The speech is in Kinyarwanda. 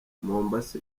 mombasa